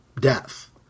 death